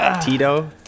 Tito